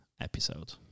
Episode